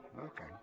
Okay